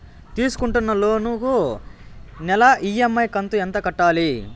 తీసుకుంటున్న లోను కు నెల ఇ.ఎం.ఐ కంతు ఎంత కట్టాలి?